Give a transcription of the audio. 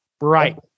Right